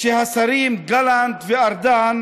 שהשרים גלנט וארדן